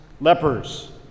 lepers